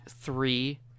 three